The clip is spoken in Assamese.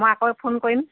মই আকৌ ফোন কৰিম